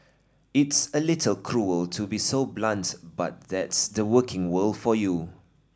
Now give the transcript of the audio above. it's a little cruel to be so blunt but that's the working world for you